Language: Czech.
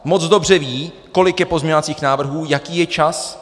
Moc dobře ví, kolik je pozměňovacích návrhů, jaký je čas.